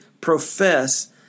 profess